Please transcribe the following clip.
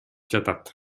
жатат